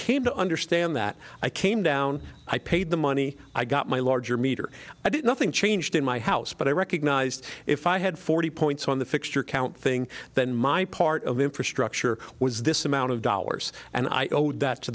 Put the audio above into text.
came to understand that i came down i paid the money i got my larger meter i did nothing changed in my house but i recognized if i had forty points on the fixture count thing than my part of infrastructure was this amount of dollars and i owed that to